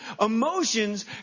Emotions